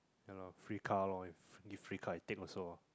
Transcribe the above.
ya lah free car lor if free car I take also